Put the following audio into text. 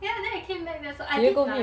ya then I came back that's all I did my